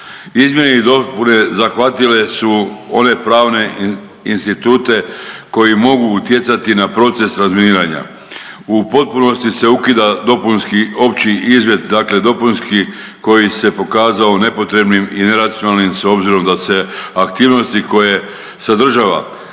Izmjene i dopune zahvatile su one pravne institute koji mogu utjecati na proces razminiranja. U potpunosti se ukida dopunski opći izvid dakle dopunski koji se pokazao nepotrebnim i neracionalnim s obzirom da se aktivnosti koje sadržava